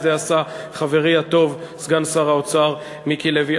את זה עשה חברי הטוב, סגן שר האוצר מיקי לוי.